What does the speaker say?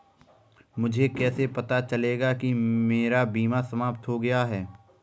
मुझे कैसे पता चलेगा कि मेरा बीमा समाप्त हो गया है?